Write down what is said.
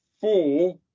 four